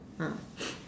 ah